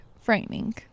frightening